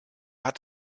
hat